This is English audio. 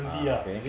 ah then